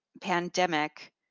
pandemic